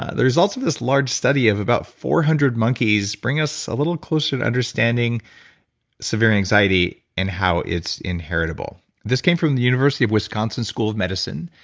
there's also this large study of about four hundred monkeys bringing us a little closer to understanding severe anxiety, and how it's inheritable. this came from the university of wisconsin school of medicine,